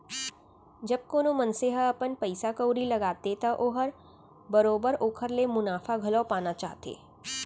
जब कोनो मनसे ह अपन पइसा कउड़ी लगाथे त ओहर बरोबर ओकर ले मुनाफा घलौ पाना चाहथे